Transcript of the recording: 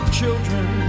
children